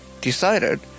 decided